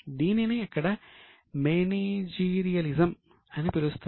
దీనినే అక్కడ మేనేజియలిజం అని పిలుస్తారు